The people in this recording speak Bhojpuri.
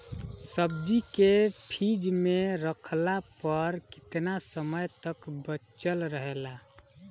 सब्जी के फिज में रखला पर केतना समय तक बचल रहेला?